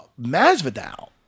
masvidal